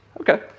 Okay